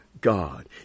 God